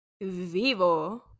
Vivo